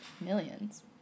Millions